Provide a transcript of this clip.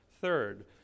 Third